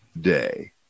day